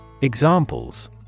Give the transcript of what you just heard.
Examples